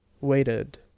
Waited